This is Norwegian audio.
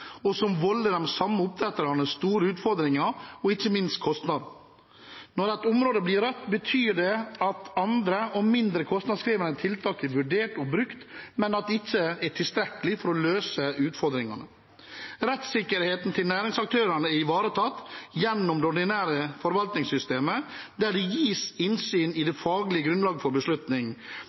og som volder de samme oppdretterne store utfordringer og ikke minst kostnader. Når et område blir rødt, betyr det at andre og mindre kostnadskrevende tiltak er vurdert og brukt, men at det ikke er tilstrekkelig for å løse utfordringene. Rettssikkerheten til næringsaktørene er ivaretatt gjennom det ordinære forvaltningssystemet, der det gis innsyn i det faglige grunnlaget for